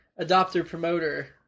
adopter-promoter